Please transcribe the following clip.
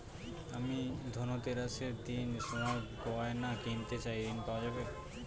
আমি ধনতেরাসের দিন সোনার গয়না কিনতে চাই ঝণ পাওয়া যাবে?